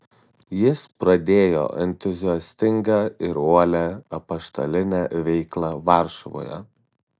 jis pradėjo entuziastingą ir uolią apaštalinę veiklą varšuvoje